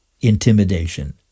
intimidation